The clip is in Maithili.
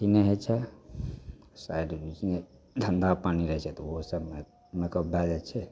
ई नहि होइ छै साइड बिजनेस धन्धा पानि रहै छै तऽ ओहो सबमे मेकअप भए जाइ छै